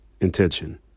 intention